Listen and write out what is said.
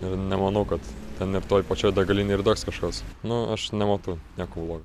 ir nemanau kad ten ir toj pačioj degalinėj ir degs kažkas nu aš nematau nieko blogo